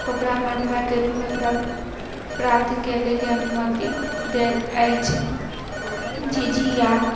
ओकरा मानवके रूपमे प्राप्त प्राप्त कैलेके अनुमति देल अछि झिझिया